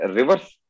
reverse